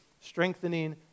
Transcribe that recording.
strengthening